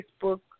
Facebook